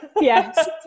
yes